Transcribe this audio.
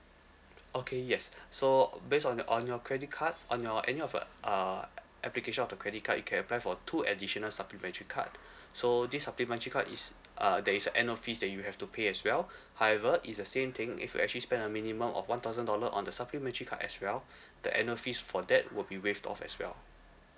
okay yes so uh based on your on your credit cards on your any of your uh application of the credit card you can apply for two additional supplementary card so this supplement card is uh there is a annual fees that you will have to pay as well however is the same thing if you actually spend a minimum of one thousand dollar on the supplementary card as well the annual fees for that would be waived off as well